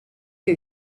que